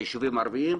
בישובים הערביים,